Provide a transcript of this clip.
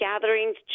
gatherings